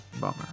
Bummer